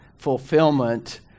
fulfillment